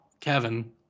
Kevin